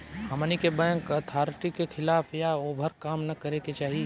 हमनी के bank authority के खिलाफ या ओभर काम न करे के चाही